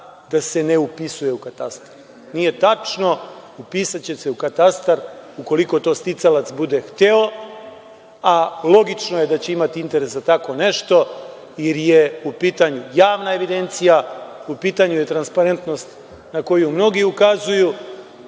da se ne upisuje u katastar. Nije tačno. Upisaće se u katastar, ukoliko to sticalac bude hteo, a logično je da će imati interes za tako nešto, jer je u pitanju javna evidencija, u pitanju je transparentnost na koju mnogi ukazuju,